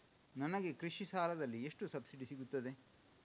ನನಗೆ ಕೃಷಿ ಸಾಲದಲ್ಲಿ ಎಷ್ಟು ಸಬ್ಸಿಡಿ ಸೀಗುತ್ತದೆ?